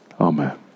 amen